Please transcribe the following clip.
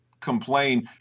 complain